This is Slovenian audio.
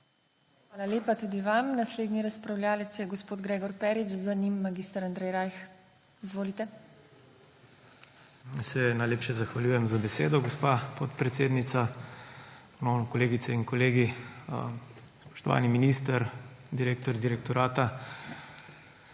Hvala lepa tudi vam. Naslednji razpravljavec je gospod Gregor Perič. Za njim mag. Andrej Rajh. Izvolite. **GREGOR PERIČ (PS SMC):** Se najlepše zahvaljujem za besedo, gospa podpredsednica. Kolegice in kolegi, spoštovani minister, direktor direktorata